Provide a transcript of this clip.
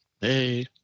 hey